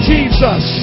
Jesus